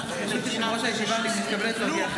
מאחר שלא הכפשתי אותך ולא אמרתי נגדך